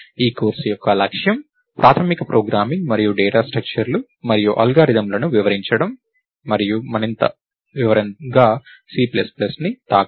ఈ కోర్సు యొక్క లక్ష్యం ప్రాథమిక ప్రోగ్రామింగ్ మరియు డేటా స్ట్రక్చర్లు మరియు అల్గారిథమ్లను వివరించడం మనము మరింత వివరంగా సి ప్లస్ ప్లస్ను తాకము